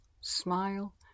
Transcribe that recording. smile